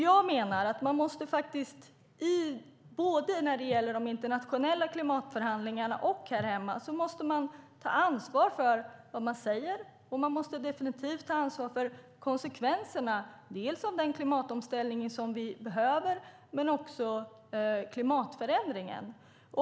Jag menar att man i de internationella klimatförhandlingarna och här hemma måste ta ansvar för vad man säger, och man måste definitivt ta ansvar för konsekvenserna. Det gäller den klimatomställning som vi behöver men också klimatförändringen.